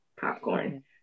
popcorn